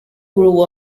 grew